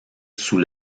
sous